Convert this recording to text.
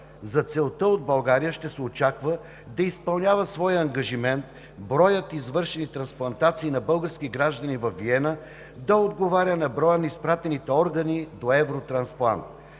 За целта от България ще се очаква да изпълнява своя ангажимент броят извършени трансплантации на български граждани във Виена да отговаря на броя на изпратените органи до Евротрансплант.